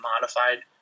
modified